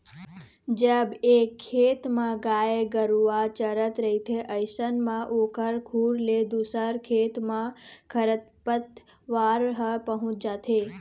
जब एक खेत म गाय गरुवा चरत रहिथे अइसन म ओखर खुर ले दूसर खेत म खरपतवार ह पहुँच जाथे